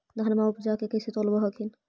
धनमा उपजाके कैसे तौलब हखिन?